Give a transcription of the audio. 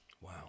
wow